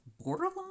borderline